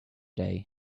day